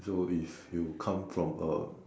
so if you come from a